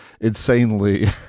insanely